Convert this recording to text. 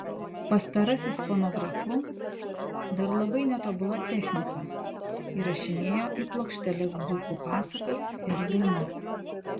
pastarasis fonografu dar labai netobula technika įrašinėjo į plokšteles dzūkų pasakas ir dainas